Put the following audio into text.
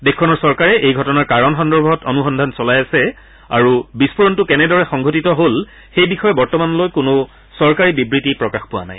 দেশখনৰ চৰকাৰে এই ঘটনাৰ কাৰণ সন্দৰ্ভত অনুসন্ধান চলাই আছে আৰু বিস্ফোৰণটো কেনেদৰে সংঘটিত হল সেই বিষয়ে বৰ্তমানলৈ কোনো চৰকাৰী বিবৃতি প্ৰকাশ পোৱা নাই